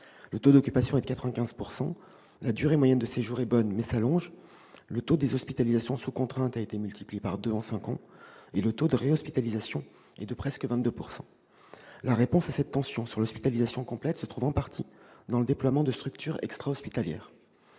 Le taux d'occupation est de 95 %; la durée moyenne de séjour est bonne, mais s'allonge ; le taux des hospitalisations sous contrainte a été multiplié par deux en cinq ans, et le taux de réhospitalisation est de près de 22 %. La réponse à cette tension dont l'hospitalisation complète fait l'objet se trouve en partie dans le déploiement de structures extra-hospitalières.